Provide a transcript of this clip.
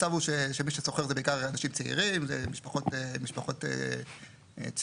שמי ששוכר הוא בעיקר אנשים צעירים או משפחות צעירות,